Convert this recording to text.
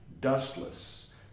dustless